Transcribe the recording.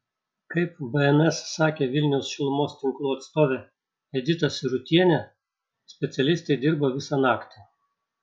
kaip bns sakė vilniaus šilumos tinklų atstovė edita sirutienė specialistai dirbo visą naktį